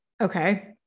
Okay